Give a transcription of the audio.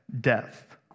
death